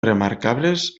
remarcables